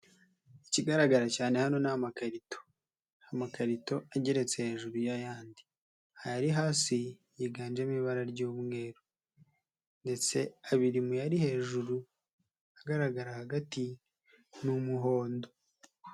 Ikigaragara cyane hano ni amakarito. Amakarito ageretse hejuru y'ayandi. Ayari hasi yiganjemo ibara ry'umweru ndetse abiri mu yari hejuru, ahagaragara hagati ni umuhondo.